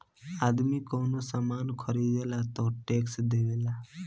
आदमी कवनो सामान ख़रीदेला तऽ टैक्स देवेला